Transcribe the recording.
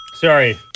Sorry